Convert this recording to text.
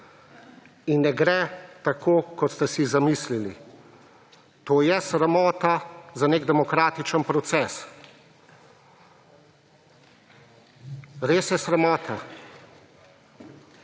In ne gre tako, kot ste si zamislili. To je sramota za nek demokratičen proces. Res je sramota.